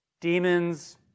Demons